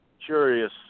curious